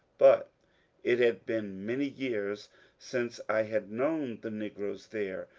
but it had been many years since i had known the negroes there,